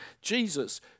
Jesus